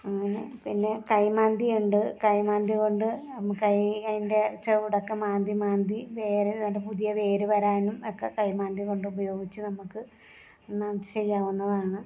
അങ്ങനെ പിന്നെ കൈമാന്തി ഉണ്ട് കൈമാന്തി കൊണ്ട് നമുക്ക് കൈ അതിൻ്റെ ചെവിടൊക്കെ മാന്തി മാന്തി വേര് നല്ല പുതിയ വേര് വരാനും ഒക്കെ കൈ മാന്തി കൊണ്ട് ഉപയോഗിച്ച് നമുക്ക് ചെയ്യാവുന്നതാണ്